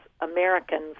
americans